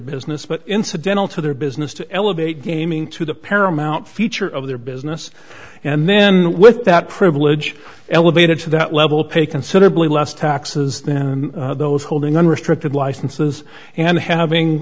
business but incidental to their business to elevate gaming to the paramount feature of their business and then with that privilege elevated to that level pay considerably less taxes then those holding unrestricted licenses and having